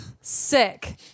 Sick